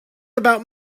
about